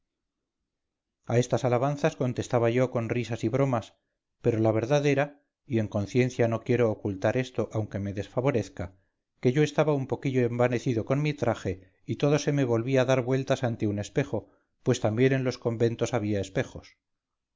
a estas alabanzas contestaba yo con risas y bromas pero la verdad era y en conciencia no quiero ocultar esto aunque me desfavorezca que yo estaba un poquillo envanecido con mi traje y todo se me volvía dar vueltas ante un espejo pues también en los conventos había espejos